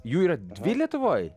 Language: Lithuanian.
jų yra dvi lietuvoj